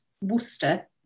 Worcester